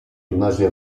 rimase